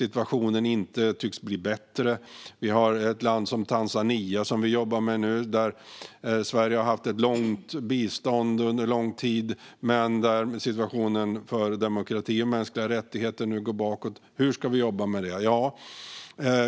eftersom den inte tycks bli bättre. Vi har ett land som Tanzania, som vi jobbar med nu, som Sverige har gett bistånd till under lång tid men där situationen för demokrati och mänskliga rättigheter nu går bakåt. Hur ska vi jobba med detta?